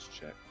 check